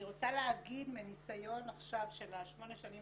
אני רוצה להגיד מהניסיון של שמונה שנים